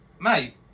mate